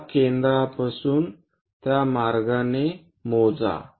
या केंद्रापासून त्या मार्गाने मोजा